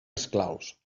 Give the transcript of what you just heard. esclaus